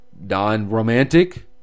non-romantic